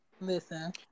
Listen